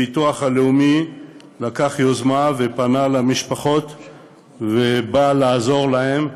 הביטוח הלאומי לקח יוזמה ופנה למשפחות ובא לעזור להן.